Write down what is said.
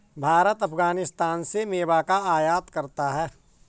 भारत अफगानिस्तान से मेवा का आयात करता है